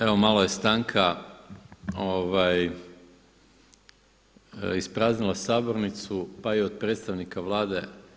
Evo malo je stanka ispraznila sabornicu pa i od predstavnika Vlade.